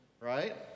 Right